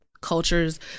cultures